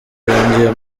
yongeye